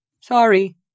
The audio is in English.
Sorry